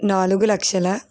నాలుగు లక్షల